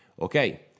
Okay